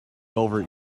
over